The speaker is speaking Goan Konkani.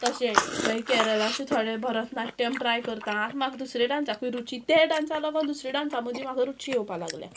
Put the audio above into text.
तशें मागीर केरलाचे थोडे भरतनाट्यम ट्राय करता आतां म्हाका दुसरे डांसाकूय रुची तें डान्सालो दुसरे डान्सा मदीं म्हाका रुची येवपाक लागले